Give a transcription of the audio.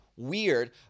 Weird